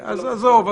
עזוב.